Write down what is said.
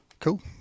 Cool